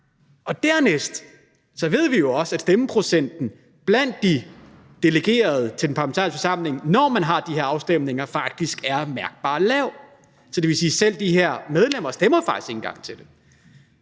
ej. Dernæst ved vi jo også, at stemmeprocenten blandt de delegerede til den parlamentariske forsamling, når man har de her afstemninger, faktisk er mærkbart lav. Så det vil sige, at selv de her medlemmer faktisk ikke engang stemmer